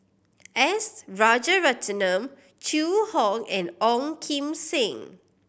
S Rajaratnam Zhu Hong and Ong Kim Seng